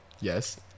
Yes